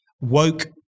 woke